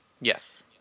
Yes